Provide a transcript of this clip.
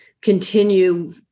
continue